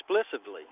explicitly